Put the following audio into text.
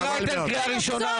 אפרת רייטן, קריאה ראשונה.